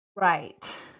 Right